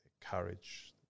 courage